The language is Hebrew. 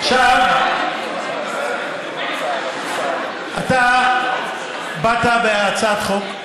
עכשיו, אתה באת בהצעת חוק,